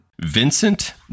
Vincent